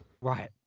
Right